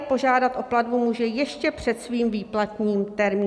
Požádat o platbu může ještě před svým výplatním termínem.